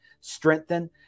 strengthen